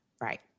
Right